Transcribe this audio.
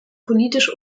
politisch